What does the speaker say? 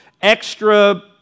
extra